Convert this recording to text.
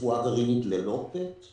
רפואה גרעינית ללא PET,